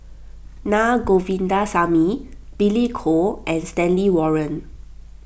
Na Govindasamy Billy Koh and Stanley Warren